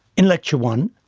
in lecture one,